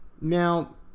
Now